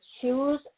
choose